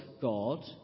God